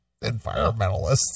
environmentalists